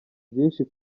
byinshi